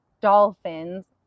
dolphins